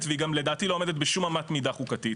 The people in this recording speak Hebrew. והיא גם לדעתי לא עומדת בשום אמת מידה חוקתית.